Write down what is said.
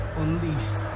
unleashed